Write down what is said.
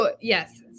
Yes